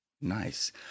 Nice